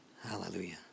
Hallelujah